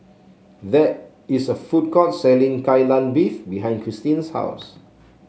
there is a food court selling Kai Lan Beef behind Cristine's house